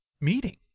meeting